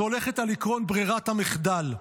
היא הולכת על עקרון ברירת המחדל.